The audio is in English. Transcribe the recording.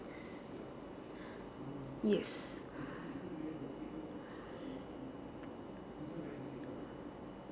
yes